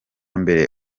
mbere